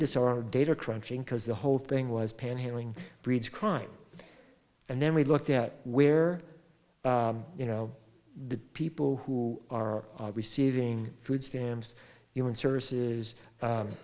discard data crunching because the whole thing was panhandling breeds crime and then we looked at where you know the people who are receiving food stamps human services